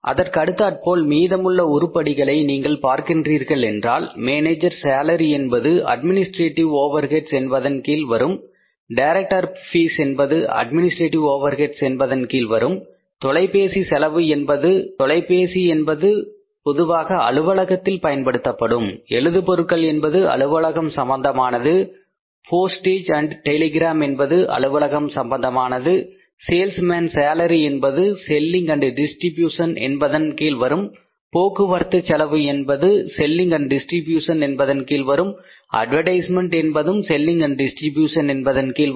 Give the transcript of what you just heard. அதற்கு அடுத்தாற்போல் மீதமுள்ள உருப்படிகளை நீங்கள் பார்க்கின்றீர்கள் என்றால் மேனேஜர் சேலரி என்பது அட்மினிஸ்ட்ரேடிவ் ஓவர் ஹெட்ஸ் என்பதன் கீழ் வரும் டைரக்டர் பீஸ் என்பது அட்மினிஸ்ட்ரேடிவ் ஓவர் ஹெட்ஸ் என்பதன் கீழ் வரும் தொலை பேசி செலவு தொலைபேசி என்பது பொதுவாக அலுவலகத்தில் பயன்படுத்தப்படும் எழுது பொருட்கள் என்பது அலுவலகம் சம்பந்தமானது போஸ்டேஜ் மற்றும் டெலிகிராம் என்பவை அலுவலகம் சம்பந்தமானது சேல்ஸ்மேன் சேலரி என்பது selling and distribution Selling Distribution என்பதன் கீழ் வரும் போக்குவரத்துச் செலவு என்பது selling and distribution Selling Distribution என்பதன் கீழ் வரும் அட்வர்டைஸ்மென்ட் என்பதும் selling and distribution Selling Distribution என்பதன் கீழ் வரும்